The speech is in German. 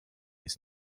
ist